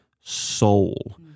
soul